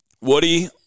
Woody